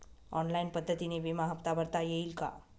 Online पद्धतीने विमा हफ्ता भरता येईल का?